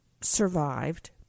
survived